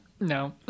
no